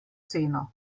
ceno